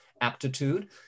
aptitude